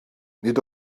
nid